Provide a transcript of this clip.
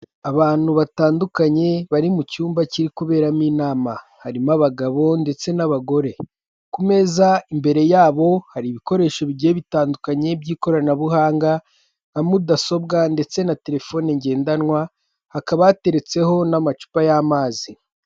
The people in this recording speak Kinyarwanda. Abantu batandukanye bari mu cyumba kiri kuberamo inama, harimo abagabo ndetse n'abagore. Ku meza imbere yabo hari ibikoresho bigiye bitandukanye by'ikoranabuhanga nka mudasobwa ndetse na telefone ngendanwa hakaba hateretseho n'amacupa y'amazi.